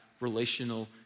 relational